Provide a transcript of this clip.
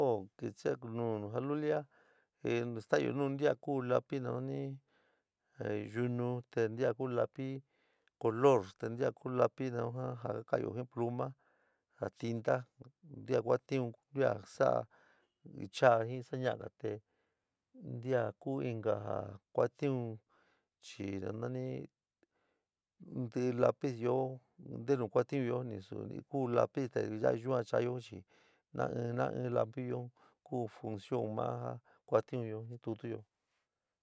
Nuu jalulia sta´ayo nuu ntia kuu lapi no nani yunu te ntilio kuu lapi color te ntilia kuu lapi jo kaayo ji pluma ja tinta ntilia kuaution, ntilia soa chadi ji xinoga te ntilia kuu intaa jaa kuaution chii no nani ntilii lapii io ntinu kuautionyo ni nasu lapi tee yaa yua chaayo chii naín, no ínio ku funcion ma ja kuautionyo jitutuyo.